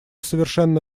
совершенно